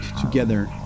together